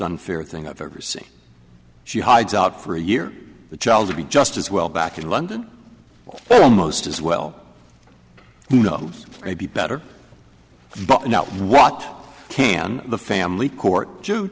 unfair thing i've ever seen she hides out for a year the child to be just as well back in london almost as well you know maybe better but you know what can the family court